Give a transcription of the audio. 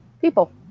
people